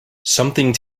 something